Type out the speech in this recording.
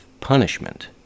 punishment